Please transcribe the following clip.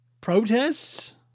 protests